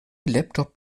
laptop